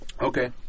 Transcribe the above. Okay